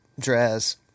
Draz